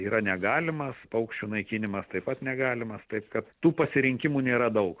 yra negalimas paukščių naikinimas taip pat negalimas taip kad tų pasirinkimų nėra daug